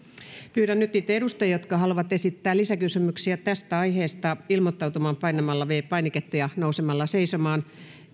pyydän nyt niitä edustajia jotka haluavat esittää lisäkysymyksiä tästä aiheesta ilmoittautumaan painamalla viides painiketta ja nousemalla seisomaan